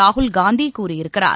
ராகுல் காந்திகூறியிருக்கிறார்